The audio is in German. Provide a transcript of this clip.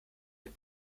dem